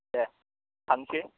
दे थांसै